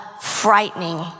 frightening